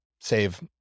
save